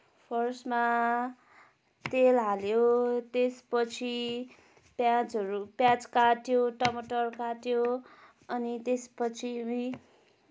फर्स्टमा तेल हाल्यो त्यसपछि पियाजहरू पियाज काट्यो टमाटर काट्यो अनि त्यसपछि